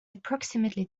approximately